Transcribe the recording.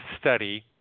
study